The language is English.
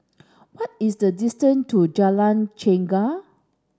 what is the distance to Jalan Chegar